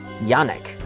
Yannick